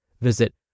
Visit